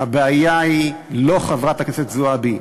הבעיה היא לא חברת הכנסת זועבי.